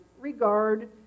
regard